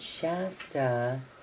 Shasta